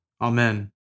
Amen